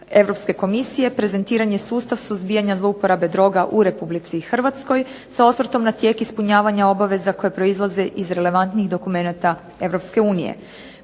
Europske komisije prezentiran je sustav suzbijanje zlouporabe droga u RH sa osvrtom na tijek ispunjavanja obaveza koje proizlaze iz relevantnih dokumenata EU.